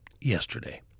yesterday